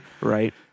Right